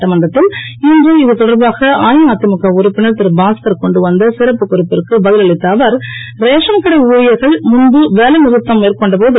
சட்டமன்றத்தில் இன்று இதுதொடர்பாக அஇஅதிமுக உறுப்பினர் திருபாஸ்கர் கொண்டுவந்த சிறப்பு குறிப்பிற்கு பதில் அளித்த அவர் ரேஷன் கடை ஊழியர்கள் முன்பு வேலைநிறுத்தம் மேற்கொண்ட போது